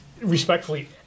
respectfully